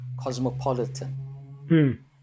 cosmopolitan